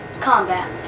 Combat